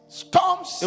storms